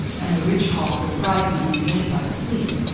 and the rich hauls of prize-money made by the fleet,